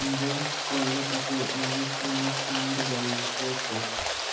invest করলে তাকে investment fund বলতেছে